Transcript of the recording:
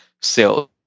sales